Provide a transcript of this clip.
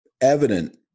evident